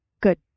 Good